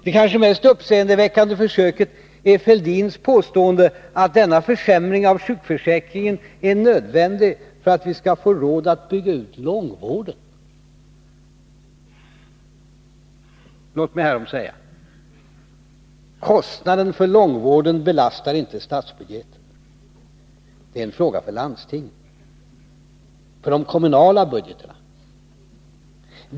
Det kanske mest uppseendeväckande försöket är Fälldins påstående att denna försämring av sjukförsäkringen är nödvändig för att vi skall får råd att bygga ut långvården. Låt mig härom säga: Kostnaden för långvården belastar inte statsbudgeten. Det är en fråga för landstingen, för de kommunala budgetarna.